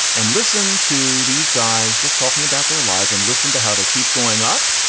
and listen to these guys just talking about their lives and listen to how they keep going up.